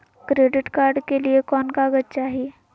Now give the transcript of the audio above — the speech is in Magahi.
क्रेडिट कार्ड के लिए कौन कागज चाही?